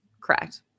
Correct